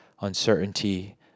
uncertainty